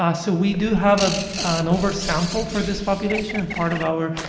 ah so we do have a an over sample for this population, and part of our,